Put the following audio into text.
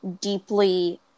deeply